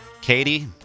Katie